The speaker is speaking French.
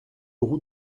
route